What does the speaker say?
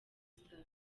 star